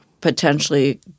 potentially